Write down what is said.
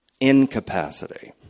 incapacity